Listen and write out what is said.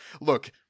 look